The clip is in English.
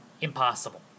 impossible